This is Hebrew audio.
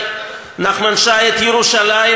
נחמן שי,